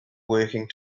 working